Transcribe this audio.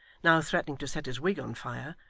now threatening to set his wig on fire,